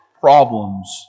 problems